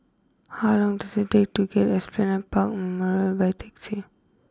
how long does it take to get to Esplanade Park Memorial by taxi